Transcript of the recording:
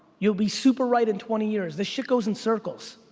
you'll be super right in twenty years, this shit goes in circles.